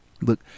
Look